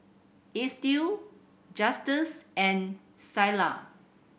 Estill Justus and Ceola